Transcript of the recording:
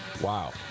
Wow